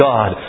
God